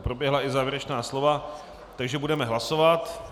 Proběhla i závěrečná slova, takže budeme hlasovat.